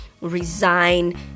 resign